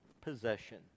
possession